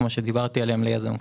כפי שדיברתי עליהם קודם לכן.